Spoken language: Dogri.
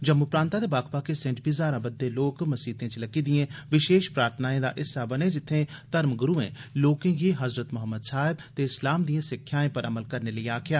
जम्मू प्रांतै दे बक्ख बक्ख हिस्सें च बी हजारां बददे लोकें मसीतें च लग्गी दियें विशेष प्रार्थनाएं दा हिस्सा बने जित्थे धर्मगुरुएं लोकें गी हज़रत मोहम्मद साहब ते इस्लाम दियें सिक्खेयाएं पर अमल करने लेई आक्खेया